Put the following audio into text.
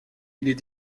est